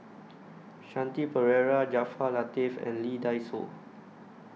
Shanti Pereira Jaafar Latiff and Lee Dai Soh